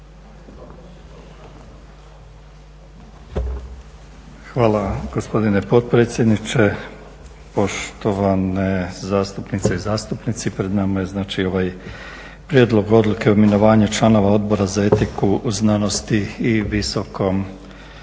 Hvala gospodine potpredsjedniče, poštovane zastupnice i zastupnici. Pred nama je znači ovaj Prijedlog odluke o imenovanju članova Odbora za etiku u znanosti i visokom